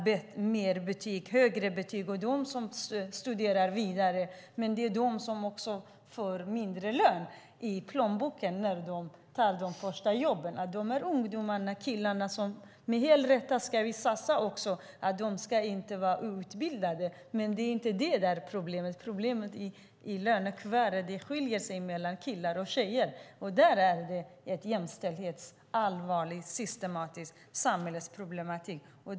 Det är tjejerna som studerar vidare, men det är också de som får mindre lön i plånboken när de tar de första jobben. Dessa ungdomar och killar ska vi satsa på så att de inte blir outbildade. Men problemet är inte detta, utan problemet är att det skiljer sig i lönekuvertet mellan killar och tjejer. Och det är en allvarlig systematisk jämställdhetsproblematik i vårt samhälle.